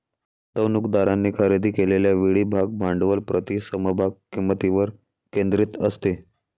गुंतवणूकदारांनी खरेदी केलेल्या वेळी भाग भांडवल प्रति समभाग किंमतीवर केंद्रित असते